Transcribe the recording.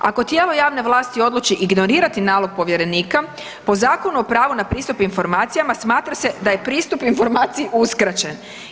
Ako tijelo javne vlasti odluči ignorirati nalog povjerenika, po Zakonu o pravu na pristup informacijama, smatra da je pristup informaciji uskraćen.